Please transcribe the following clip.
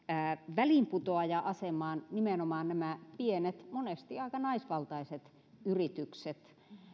väliinputoaja asemaan nimenomaan nämä pienet monesti aika naisvaltaiset yritykset